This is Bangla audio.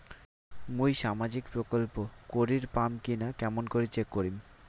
মুই সামাজিক প্রকল্প করির পাম কিনা কেমন করি চেক করিম?